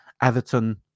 Everton